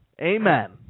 Amen